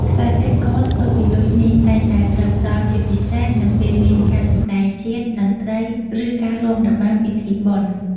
ខ្សែពាក់កធ្វើពីលុយនេះតែងតែត្រូវផ្តល់ជាពិសេសនៅពេលមានការសម្តែងជាតិ តន្ត្រី ឬការរាំរបាំពិធីបុណ្យ។